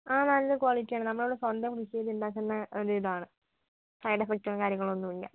ആ നല്ല ക്വാളിറ്റി ആണ് നമ്മൾ അവിടെ സ്വന്തം കൃഷി ചെയ്ത് ഉണ്ടാക്കുന്ന ഒരിതാണ് സൈഡ് എഫക്റ്റും കാര്യങ്ങളൊന്നും ഇല്ല